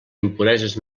impureses